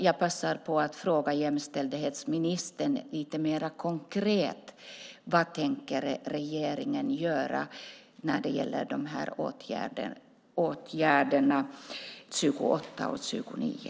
Jag passar på att fråga jämställdhetsministern lite mer konkret: Vad tänker regeringen göra när det gäller åtgärderna 28 och 29?